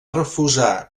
refusar